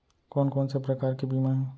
कोन कोन से प्रकार के बीमा हे?